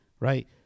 Right